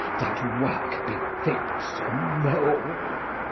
that work befits a mole.